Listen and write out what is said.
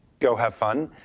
go have fun.